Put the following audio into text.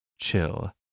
chill